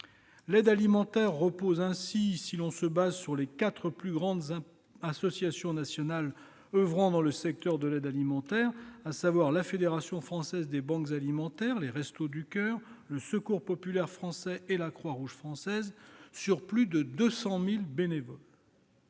L'aide alimentaire repose ainsi, si l'on se fonde sur les quatre plus importantes associations nationales oeuvrant dans le secteur- la Fédération française des banques alimentaires, les Restos du Coeur, le Secours populaire français et la Croix-Rouge française -sur plus de 200 000 bénévoles.